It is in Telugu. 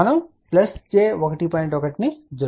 1 ను జోడించాలి